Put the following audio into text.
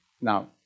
Now